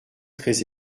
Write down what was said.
très